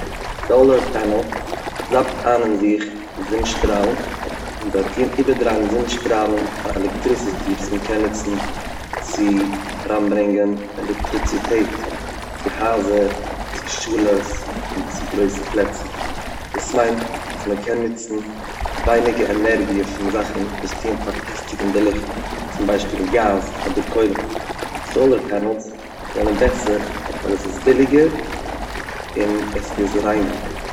סאלער פענעלס זאפט איין אין זיך די זון שטראלן און זיי טוהן איבערדרייען די זון שטראלן פאר עלעקטריסיטי וואס מען קען נוצן צו אריינברענגען עלעקטריציטעט צו הייזער, צו שולעס און צו גרויסע פלעצער, דאס מיינט אז מען קען נוצן ווייניגער ענערגיע פון זאכן וואס טוען פארפעסטיגן די ליפט, צום ביישפיל גאז אדער קוילן, סאלער פענאלס זענען בעסער ווייל עס איז ביליגער און עס איז ריינער.